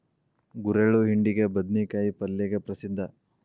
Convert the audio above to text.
ಗುರೆಳ್ಳು ಹಿಂಡಿಗೆ, ಬದ್ನಿಕಾಯ ಪಲ್ಲೆಗೆ ಪ್ರಸಿದ್ಧ